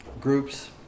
groups